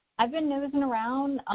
i've been nosing around,